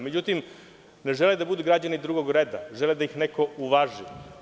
Međutim, ne žele da budu građani drugog reda, žele da ih neko uvaži.